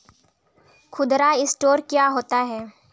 खुदरा स्टोर क्या होता है?